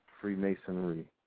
Freemasonry